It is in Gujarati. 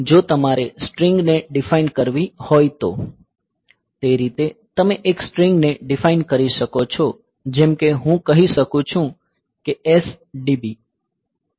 જો તમારે સ્ટ્રિંગ ને ડીફાઇન કરવી હોય તો તે રીતે તમે એક સ્ટ્રિંગને ડીફાઇન કરી શકો છો જેમ કે હું કહી શકું છું કે S DB